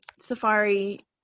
safari